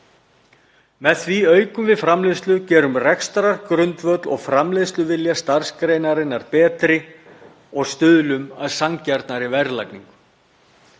Með því aukum við framleiðslu, gerum rekstrargrundvöll og framleiðsluvilja starfsgreinarinnar betri og stuðlum að sanngjarnari verðlagningu.